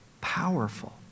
powerful